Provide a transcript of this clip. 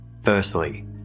Firstly